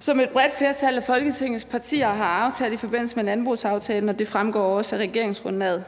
som et bredt flertal af Folketingets partier har aftalt i forbindelse med landbrugsaftalen, og det fremgår også af regeringsgrundlaget.